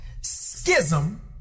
Schism